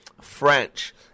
French